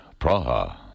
Praha